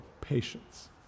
patience